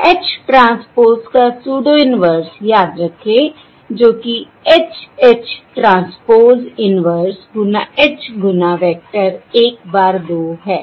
H transpose का pseudo inverse याद रखें जो कि H H ट्रांसपोज़ इन्वर्स गुना H गुना वेक्टर 1 bar 2 है